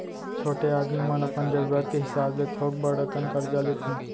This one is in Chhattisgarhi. छोटे आदमी मन अपन जरूरत के हिसाब ले थोक बड़ अकन करजा लेथें